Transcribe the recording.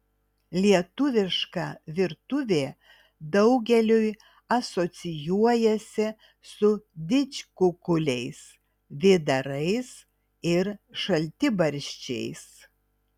lietuviška virtuvė daugeliui asocijuojasi su didžkukuliais vėdarais ir šaltibarščiais